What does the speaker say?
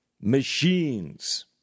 machines